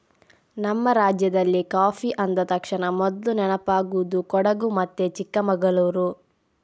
ನಮ್ಮ ರಾಜ್ಯದಲ್ಲಿ ಕಾಫಿ ಅಂದ ತಕ್ಷಣ ಮೊದ್ಲು ನೆನಪಾಗುದು ಕೊಡಗು ಮತ್ತೆ ಚಿಕ್ಕಮಂಗಳೂರು